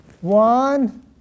One